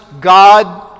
god